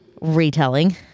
retelling